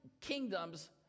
kingdoms